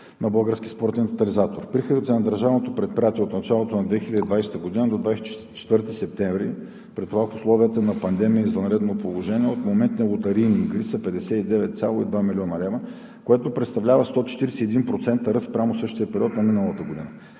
на Български спортен тотализатор: „Приходите на Държавното предприятие от началото на 2020 г. до 24 септември, при това в условията на пандемия и извънредно положение, от моментни лотарийни игри са 59,2 млн. лв., което представлява 141% ръст спрямо същия период на миналата година.